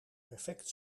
perfect